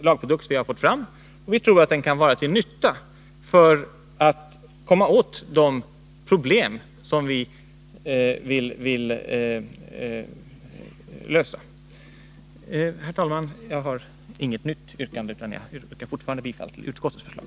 Jag har inget nytt yrkande, utan jag yrkar fortfarande bifall till utskottets förslag.